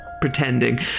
pretending